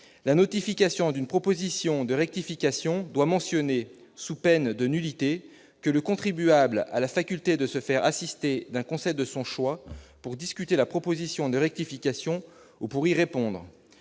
la notification d'une proposition de rectification doit mentionner sous peine de nullité que le contribuable à la faculté de se faire assister d'un conseil de son choix pour discuter la proposition de rectification ou pour y répondre,